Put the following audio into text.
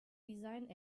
design